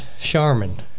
Charmin